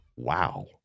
wow